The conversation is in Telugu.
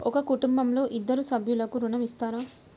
ఒక కుటుంబంలో ఇద్దరు సభ్యులకు ఋణం ఇస్తారా?